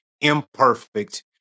imperfect